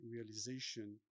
realization